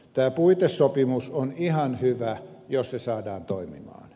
tämä puitesopimus on ihan hyvä jos se saadaan toimimaan